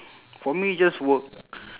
for me just work